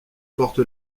porte